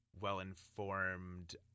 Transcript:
well-informed